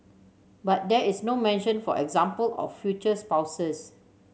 but there is no mention for example of future spouses